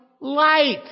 light